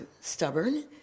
stubborn